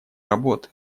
работы